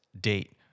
date